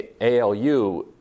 ALU